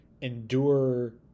endure